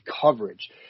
coverage